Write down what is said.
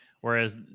whereas